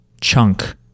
chunk